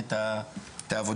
בפעילויות החברתיות,